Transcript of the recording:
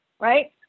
Right